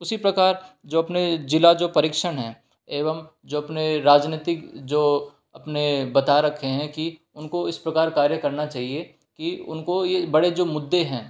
उसी प्रकार जो अपने जिला जो परीक्षण है एवं जो अपने राजनीतिक जो अपने बता रखे हैं कि उनको इस प्रकार कार्य करना चाहिए कि उनको ये बड़े जो मुद्दे हैं